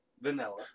vanilla